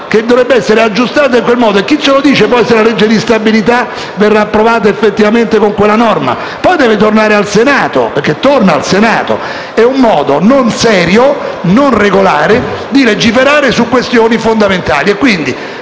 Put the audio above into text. che dovrebbe essere aggiustato in quel modo. Ma chi ce lo dice, poi, se la legge di bilancio verrà approvata effettivamente con quella norma? E poi deve tornare il Senato, perché torna al Senato. È un modo non serio, non regolare, di legiferare su questioni fondamentali. Quindi,